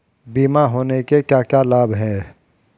बीमा होने के क्या क्या लाभ हैं?